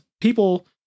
people